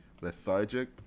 lethargic